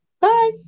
Bye